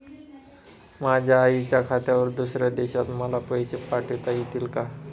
माझ्या आईच्या खात्यावर दुसऱ्या देशात मला पैसे पाठविता येतील का?